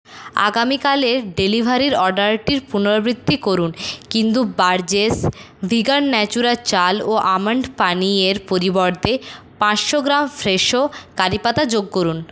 আগামীকালের ডেলিভারির অর্ডারটির পুনরাবৃত্তি করুন কিন্তু বরজেস ভিগান ন্যাচুরা চাল ও আমন্ড পানীয়ের পরিবর্তে পাঁচশো গ্রাম ফ্রেশো কারি পাতা যোগ করুন